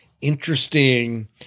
interesting